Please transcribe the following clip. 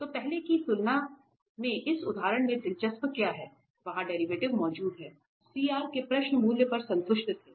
तो पहले की तुलना में इस उदाहरण में दिलचस्प क्या है वहां डेरिवेटिव मौजूद है CR के प्रश्न मूल पर संतुष्ट थे